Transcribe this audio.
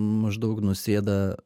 maždaug nusėda